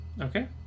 Okay